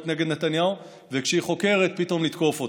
נגד נתניהו וכשהיא חוקרת פתאום לתקוף אותה.